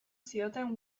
zioten